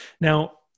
Now